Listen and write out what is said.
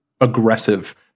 aggressive